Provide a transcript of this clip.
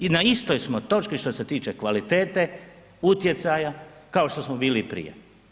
I na istoj smo točki što se tiče kvalitete, utjecaja, kao što smo bili i prije.